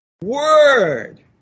word